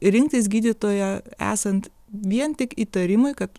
rinktis gydytoją esant vien tik įtarimui kad